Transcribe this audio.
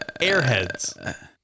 Airheads